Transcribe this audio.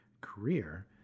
career